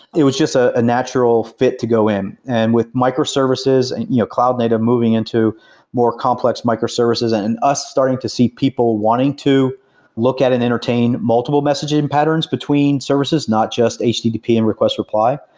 it was just a natural fit to go in. and with micro services, and you know cloud native moving into more complex micro services and and us starting to see people wanting to look at and entertain multiple messaging patterns between services, not just http and request reply,